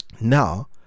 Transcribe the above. now